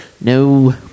No